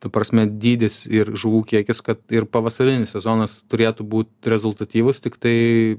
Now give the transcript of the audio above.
ta prasme dydis ir žuvų kiekis kad ir pavasarinis sezonas turėtų būt rezultatyvus tiktai